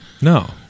No